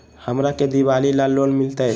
हमरा के दिवाली ला लोन मिलते?